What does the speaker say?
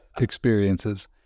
experiences